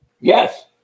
Yes